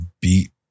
beat